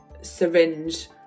syringe